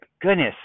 goodness